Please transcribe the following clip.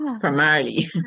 Primarily